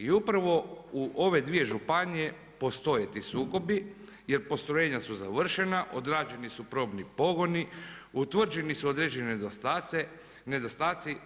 I upravo u ove dvije županije postoje ti sukobi, jer postrojenja su završena, odrađeni su probni pogoni, utvrđeni su određeni nedostatci.